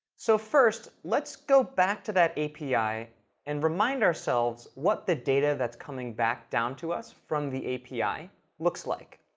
so first, let's go back to that api and remind ourselves what the data that's coming back down to us from the api looks like.